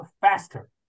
faster